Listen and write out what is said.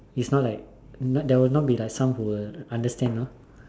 is not like there will not be like some who will understand you know